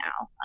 now